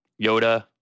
Yoda